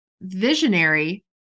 visionary